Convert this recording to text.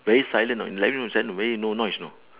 very silent know like no si~ no very no noise you know